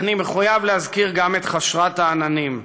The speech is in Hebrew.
אני מחויב להזכיר גם את חשרת העננים,